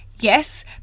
Yes